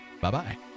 Bye-bye